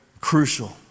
crucial